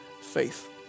faith